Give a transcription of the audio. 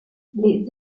les